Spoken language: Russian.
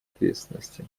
ответственности